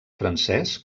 francès